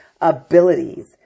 abilities